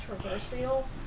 controversial